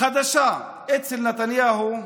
חדשה אצל נתניהו: